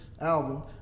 album